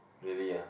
really ah